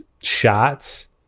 shots